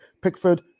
Pickford